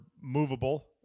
movable